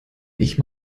ich